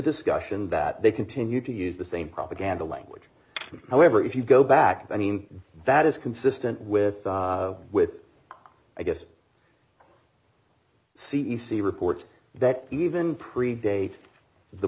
discussion that they continue to use the same propaganda language however if you go back i mean that is consistent with with i guess c e c reports that even predate the